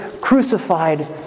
crucified